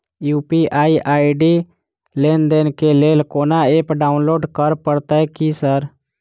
UPI ID लेनदेन केँ लेल कोनो ऐप डाउनलोड करऽ पड़तय की सर?